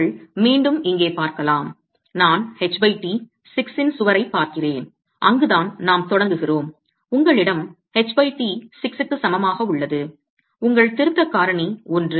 நீங்கள் மீண்டும் இங்கே பார்க்கலாம் நான் ht 6 இன் சுவரைப் பார்க்கிறேன் அங்குதான் நாம் தொடங்குகிறோம் உங்களிடம் ht 6க்கு சமமாக உள்ளது உங்கள் திருத்தக் காரணி ஒன்று